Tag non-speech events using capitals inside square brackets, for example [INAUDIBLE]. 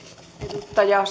on [UNINTELLIGIBLE]